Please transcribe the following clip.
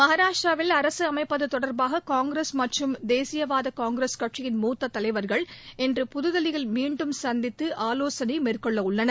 மகாராஷ்டிராவில் அரசு அமைப்பது தொடர்பாக காங்கிரஸ் மற்றும் தேசியவாத காங்கிரஸ் கட்சியின் மூத்த தலைவர்கள் இன்று புதுதில்லியில் மீண்டும் சந்தித்து ஆலோசனை மேற்கொள்ளவுள்ளனர்